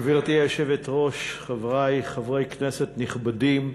גברתי היושבת-ראש, חברי, חברי כנסת נכבדים,